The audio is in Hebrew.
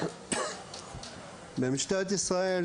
במשטרת ישראל,